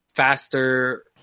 Faster